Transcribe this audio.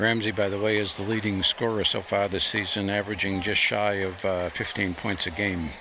ramsey by the way is the leading scorer so far this season averaging just shy of fifteen points a game